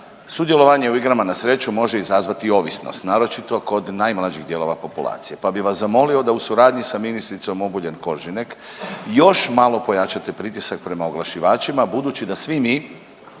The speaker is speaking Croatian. sudjelovanje u igrama na sreću može izazvati ovisnost, naročito kod najmanjih dijelova populacije. Pa bih vas zamolio da u suradnji sa ministricom Obuljen Koržinek još malo pojačate pritisak prema oglašivačima budući da svi mi